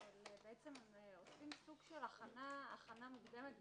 שהם עושים סוג של הכנה מוקדמת,